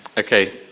Okay